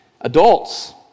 Adults